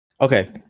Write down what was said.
okay